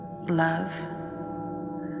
love